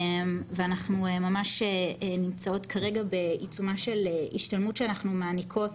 אנחנו ממש נמצאות כרגע בעיצומה של השתלמות שאנחנו מעניקות